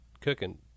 cooking